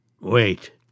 Wait